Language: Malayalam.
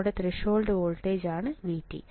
നമ്മുടെ ത്രെഷോൾഡ് വോൾട്ടേജാണ് VT